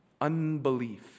unbelief